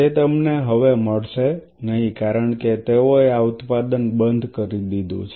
તે તમને હવે મળશે નહીં કારણ કે તેઓએ આ ઉત્પાદન બંધ કરી દીધું છે